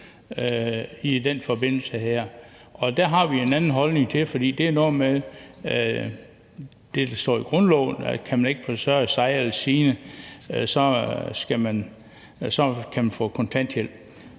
i den forbindelse, og det har vi en anden holdning til, fordi det har noget med det, der står i grundloven, at gøre: Kan man ikke forsørge sig eller sine, kan man få kontanthjælp.